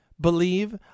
believe